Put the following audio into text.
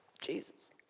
Jesus